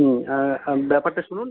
হুম ব্যাপারটা শুনুন